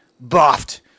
buffed